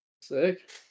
sick